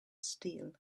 steel